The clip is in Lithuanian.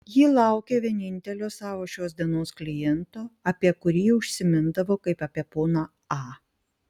ji laukė vienintelio savo šios dienos kliento apie kurį užsimindavo kaip apie poną a